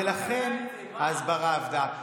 ולכן ההסברה עבדה.